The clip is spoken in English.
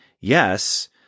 yes